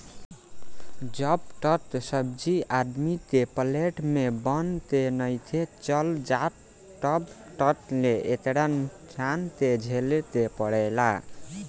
जब तक सब्जी आदमी के प्लेट में बन के नइखे चल जात तब तक ले एकरा नुकसान के झेले के पड़ेला